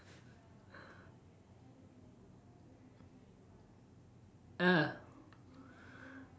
ah